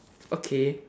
okay